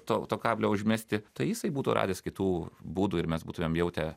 to kablio užmesti tai jisai būtų radęs kitų būdų ir mes būtumėm jautę